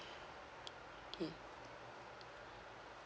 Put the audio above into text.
mm